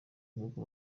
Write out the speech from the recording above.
nk’uko